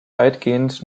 weitgehend